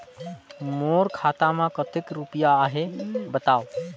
मोर खाता मे कतेक रुपिया आहे बताव?